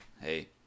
Hey